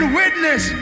witness